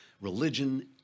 religion